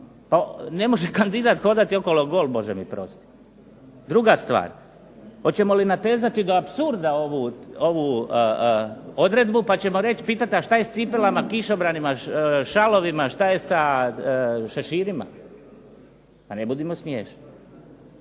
Pa ne može kandidat hodati okolo gol Bože mi prosti. Druga stvar, hoćemo li natezati do apsurda ovu odredbu pa ćemo reći, pitati a šta je s cipelama, kišobranima, šalovima, šta je sa šeširima? Pa ne budimo smiješni.